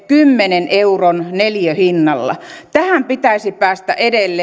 kymmenen euron neliöhinnalla tähän pitäisi päästä edelleenkin ja tämä olkoon sitten myöskin